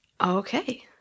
Okay